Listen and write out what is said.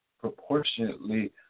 proportionately